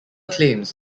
claims